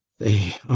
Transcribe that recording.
they